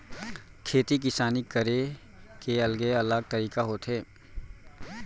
खेती किसानी करे के अलगे अलग तरीका होथे